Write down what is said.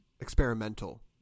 experimental